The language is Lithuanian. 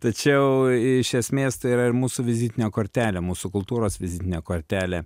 tačiau iš esmės tai yra ir mūsų vizitinė kortelė mūsų kultūros vizitinė kortelė